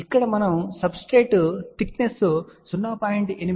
ఇక్కడ మనము substrate thickness 0